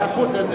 מאה אחוז.